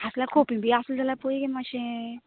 आसल्यार खोपीं बी आसा जाल्यार पळय गे मातशें